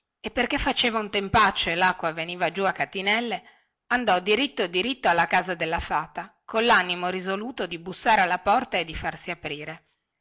e perché faceva tempaccio e lacqua veniva giù a catinelle andò diritto diritto alla casa della fata collanimo risoluto di bussare alla porta e di farsi aprire